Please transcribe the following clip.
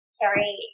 carry